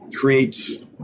creates